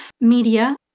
media